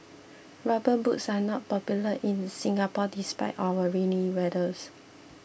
rubber boots are not popular in Singapore despite our rainy weathers